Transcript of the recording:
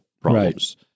problems